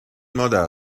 مادر